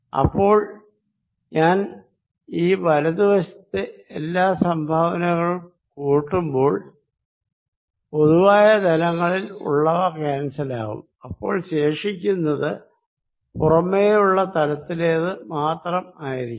അപ്പോൾ ഞാൻ ഈ വലതു വശത്തെ എല്ലാം സംഭാവനകൾ കൂട്ടുമ്പോൾ പൊതുവായ തലങ്ങളിൽ ഉള്ളവ ക്യാന്സലാകും അപ്പോൾ ശേഷിക്കുന്നത് പുറമേയുള്ള തലത്തിലേത് മാത്രം ആയിരിക്കും